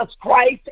Christ